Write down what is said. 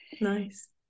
Nice